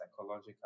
psychological